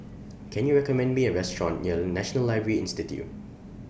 Can YOU recommend Me A Restaurant near National Library Institute